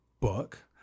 book